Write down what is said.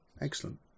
Excellent